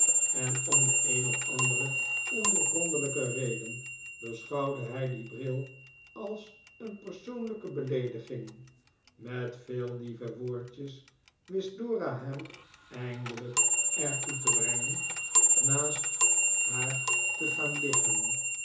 en om de een of andere ondoorgrondelijke reden beschouwde hi dien bril als een persoonlijke beleediging met veel lieve woordjes wist dora hem eindelijk er toe te brengen naast haar te gaan liggen